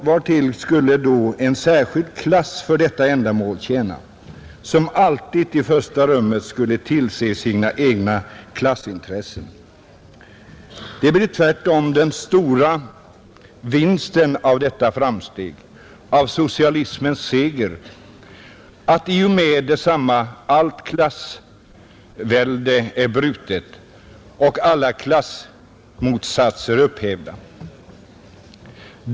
Vartill skulle då en särskild klass för detta ändamål tjäna, som alltid i första rummet skulle tillse sina klassintressen? Det blir tvärtom den stora vinsten av detta framsteg, av socialismens seger, att i och med detsamma allt klassvälde är brutet och alla klassmotsatser upphävda.